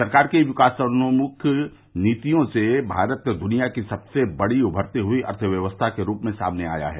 सरकार की विकासोन्मुखी नीतियों से भारत दुनिया की सबसे बड़ी उभरती हुई अर्थव्यवस्था के रूप में सामने आया है